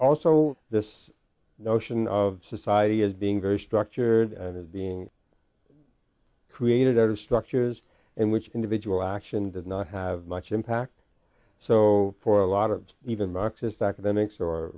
also this notion of society is being very structured and of being creative there are structures in which individual action does not have much impact so for a lot of even marxist academics or